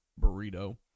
burrito